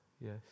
Yes